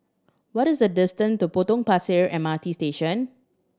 what is the distant to Potong Pasir M R T Station